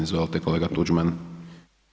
Izvolite kolega Tuđman.